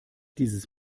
dieses